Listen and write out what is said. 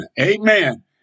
Amen